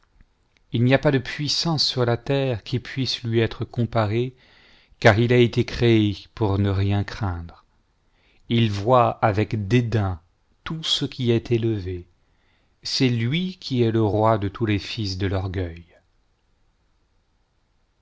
il n'y a pas de puissance sur la terre qui puisse lui être comparée car il a été créé pour ne rien craindre il voit avec dédain tout ce qui est élevé c'est lui qui est le roi de tous les fils de l'orgueil